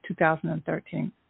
2013